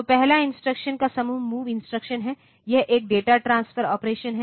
तो पहला इंस्ट्रक्शन का समूह MOV इंस्ट्रक्शन है यह एक डेटा ट्रांसफर ऑपरेशन है